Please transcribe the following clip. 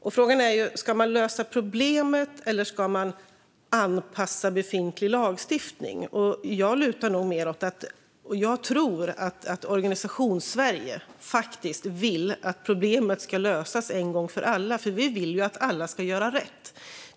Ska man lösa problemet, eller ska man anpassa befintlig lagstiftning? Jag tror att Organisationssverige faktiskt vill att problemet ska lösas en gång för alla. Vi vill ju att alla ska göra rätt.